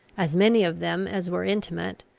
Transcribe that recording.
as many of them as were intimate,